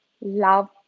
Love